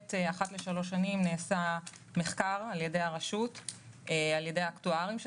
אחת לשלוש שנים נעשה מחקר על ידי האקטוארים של